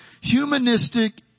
humanistic